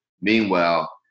meanwhile